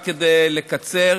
רק כדי לקצר,